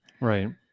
Right